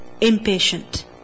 Impatient